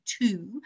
two